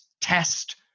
test